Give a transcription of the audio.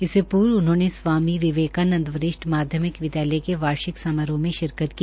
इससे पूर्व उन्होंने स्वामी विवेकानंद वरिष्ठ माध्यमिक विद्यालय के वार्षिक समारोह में शिरकत की